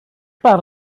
barn